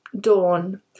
Dawn